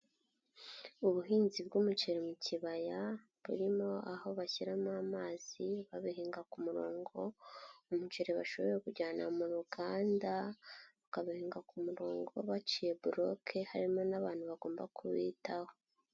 Ubuhinzi bw'umuceri mu kibaya, burimo aho bashyiramo amazi, babihinga ku murongo, umuceri bashoboye kujyana mu ruganda, ukabihinga ku murongo baciye boroke, harimo n'abantu bagomba kuwitaho.